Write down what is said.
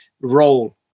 role